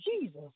Jesus